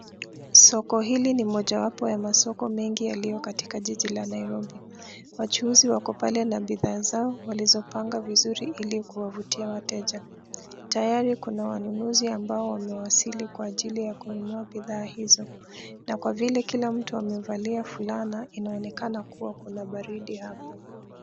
Soko hili ni mojawapo ya masoko mengi yalio katika jiji la Nairobi. Wachuuzi wako pale na bidhaa zao walizopanga vizuri ili kuwavutia wateja. Tayari kuna wanunuzi ambao wamewazili kwa ajili ya kununua bidhaa hizo na kwa vile kila mtu amevalia vulana, inaonekana kuwa kuna baridi hapa.